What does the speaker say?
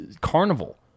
carnival